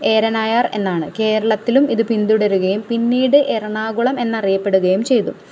ഏറനായർ എന്നാണ് കേരളത്തിലും ഇത് പിന്തുടരുകയും പിന്നീട് എറണാകുളം എന്നറിയപ്പെടുകയും ചെയ്തു